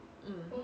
mm